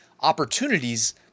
opportunities